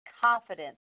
confidence